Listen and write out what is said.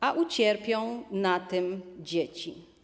A ucierpią na tym dzieci.